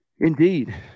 Indeed